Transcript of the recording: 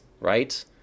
right